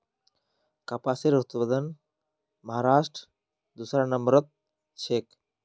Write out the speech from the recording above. कपासेर उत्पादनत महाराष्ट्र दूसरा नंबरत छेक